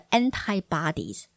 antibodies